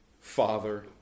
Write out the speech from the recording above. Father